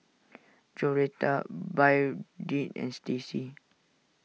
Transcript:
Joretta Byrdie and Stacy